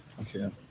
Okay